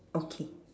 okay